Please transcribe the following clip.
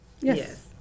Yes